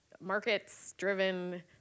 markets-driven